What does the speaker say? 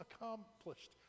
accomplished